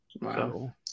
Wow